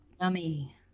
Yummy